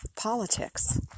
politics